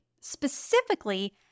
specifically